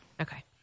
okay